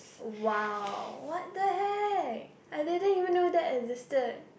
!wow! what the heck I didn't even know that existed